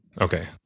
Okay